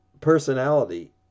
personality